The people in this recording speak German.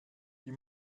die